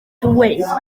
dweud